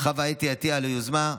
חוה אתי עטייה על היוזמה,